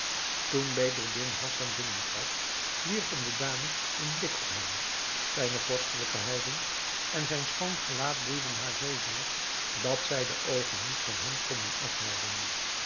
toen bedreddin hassan binnentrad wierpen de dames een blik op hem zijne vorstelijke houding en zijn schoon gelaat boeiden haar zoozeer dat zij de oogen niet van hem konden afhouden